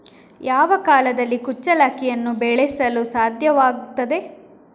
ಯಾವ ಕಾಲದಲ್ಲಿ ಕುಚ್ಚಲಕ್ಕಿಯನ್ನು ಬೆಳೆಸಲು ಸಾಧ್ಯವಾಗ್ತದೆ?